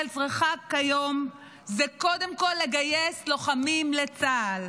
צריכה כיום זה קודם כול לגייס לוחמים לצה"ל.